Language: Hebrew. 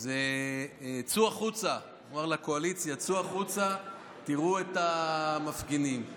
צאו החוצה, תראו את המפגינים.